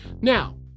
Now